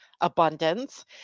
abundance